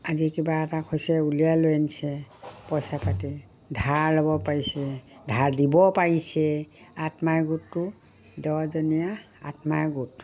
আজি কিবা এটা হৈছে উলিয়াই লৈ আনিছে পইচা পাতি ধাৰ ল'ব পাৰিছে ধাৰ দিব পাৰিছে আত্মসহায়ক গোটটো দহজনীয়া আত্মসহায়ক গোট